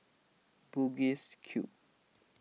Bugis Cube